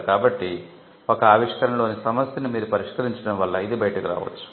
కాబట్టి ఒక ఆవిష్కరణ లోని సమస్యను మీరు పరిష్కరించడం వల్ల ఇది బయటకు రావచ్చు